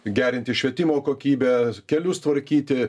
gerinti švietimo kokybę kelius tvarkyti